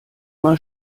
mal